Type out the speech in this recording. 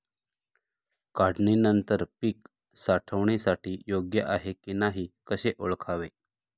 काढणी नंतर पीक साठवणीसाठी योग्य आहे की नाही कसे ओळखावे?